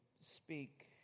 speak